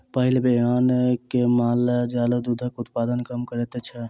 पहिल बियान मे माल जाल दूधक उत्पादन कम करैत छै